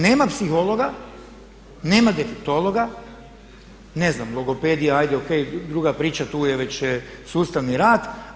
Nema psihologa, nema defektologa, ne znam logopedi hajde o.k. druga priča tu je već sustavni rad.